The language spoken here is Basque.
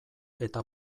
eta